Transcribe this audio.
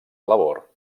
labor